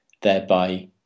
thereby